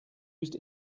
used